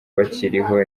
bakiriho